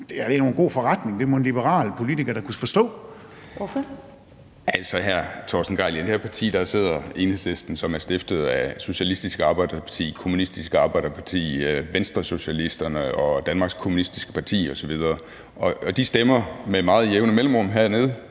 Ellemann): Ordføreren. Kl. 16:32 Ole Birk Olesen (LA): Altså, hr. Torsten Gejl, i det her Ting sidder Enhedslisten, som er stiftet af Socialistisk Arbejderparti, Kommunistisk Arbejderparti, Venstresocialisterne og Danmarks Kommunistiske Parti osv., og de stemmer med meget jævne mellemrum hernede,